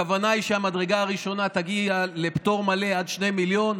הכוונה היא שהמדרגה הראשונה תגיע לפטור מלא עד 2 מיליון,